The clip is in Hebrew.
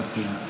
מה עשינו?